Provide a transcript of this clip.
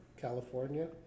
California